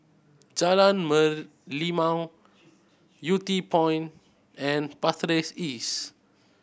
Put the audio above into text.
Jalan Merlimau Yew Tee Point and Pasir Ris East